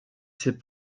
ces